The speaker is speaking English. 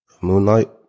Moonlight